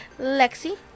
Lexi